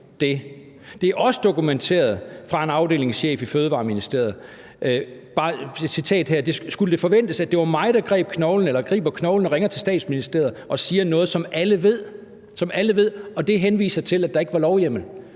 Det er også dokumenteret gennem en afdelingschef i Ministeriet for Fødevarer, Landbrug og Fiskeri, som har sagt: Skulle det forventes, at det er mig, der griber knoglen og ringer til Statsministeriet og siger noget, som alle ved? Det henviser til, at der ikke var lovhjemmel.